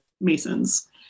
Masons